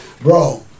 Bro